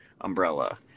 umbrella